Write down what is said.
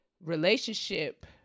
relationship